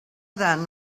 then